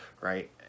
Right